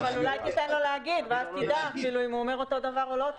אבל אולי תיתן לו להגיב ואז תדע אם הוא אומר אותו דבר או לא.